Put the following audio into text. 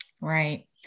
Right